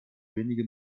wenige